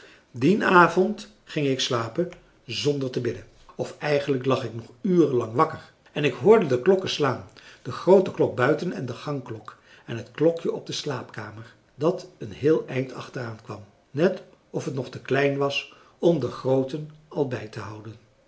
dien avond ging ik slapen zonder te bidden of eigenlijk lag ik nog uren lang wakker en ik hoorde de klokken slaan de groote klok buiten en de gangklok en het klokje op de slaapkamer dat een heel eind achteraan kwam net of het nog te klein was om de grooten al bij te houden